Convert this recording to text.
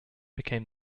became